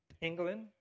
England